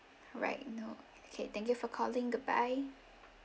alright no okay thank you for calling goodbye